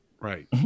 right